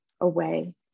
away